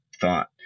thought